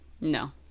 No